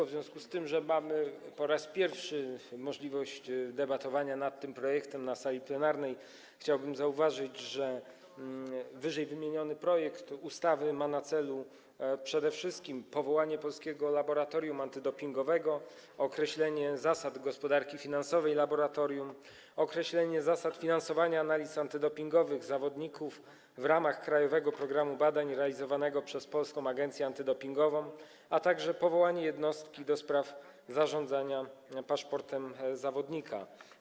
W związku z tym, że mamy po raz pierwszy możliwość debatowania nad tym projektem na sali plenarnej, chciałbym zauważyć, że ww. projekt ustawy ma na celu przede wszystkim powołanie Polskiego Laboratorium Antydopingowego, określenie zasad gospodarki finansowej laboratorium oraz zasad finansowania analiz antydopingowych zawodników w ramach krajowego programu badań realizowanego przez Polską Agencję Antydopingową, a także powołanie Jednostki do spraw Zarządzania Paszportem Zawodnika.